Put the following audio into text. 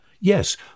Yes